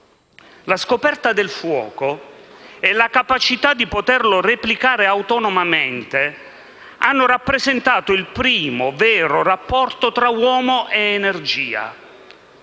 La scoperta del fuoco e la capacità di poterlo replicare autonomamente hanno rappresentato il primo vero rapporto tra uomo ed energia.